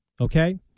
Okay